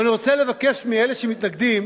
אבל אני רוצה לבקש מאלה שמתנגדים